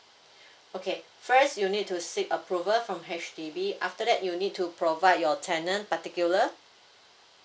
okay first you need to seek approval from H_D_B after that you need to provide your tenant particular